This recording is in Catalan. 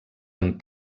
amb